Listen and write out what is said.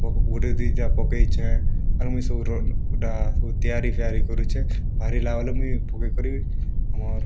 ତ ଗୁଟେ ଦୁଇଟା ପକେଇଛେଁ ଆର୍ ମୁଇଁ ସବୁର ଗୁଡ଼ା ସବୁ ତେୟାରୀ ଫେୟାରୀ କରୁଛେଁ ବାହାରିଲା ବେଲେ ମୁଇଁ ପକେଇକରି ଆମର୍